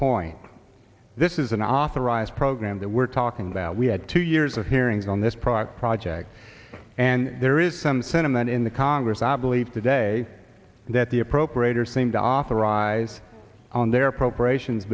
point this is an authorized program that we're talking about we had two years of hearings on this product project and there is some sentiment in the congress i believe today that the appropriators team darfur rise on their appropriations